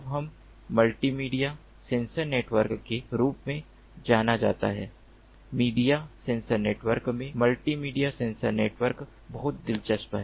अब हम multimedia sensor network के रूप में जाना जाता है मीडिया सेंसर नेटवर्क में मल्टीमीडिया सेंसर नेटवर्क बहुत दिलचस्प है